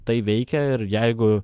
tai veikia ir jeigu